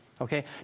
Okay